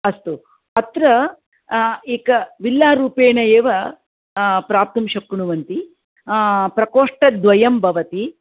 अस्तु अत्र एकं विल्लारूपेण एव प्राप्तुं शक्नुवन्ति प्रकोष्ठद्वयं भवति